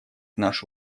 наши